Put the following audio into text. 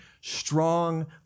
strong